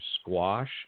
squash